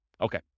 Okay